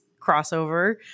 crossover